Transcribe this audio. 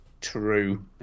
true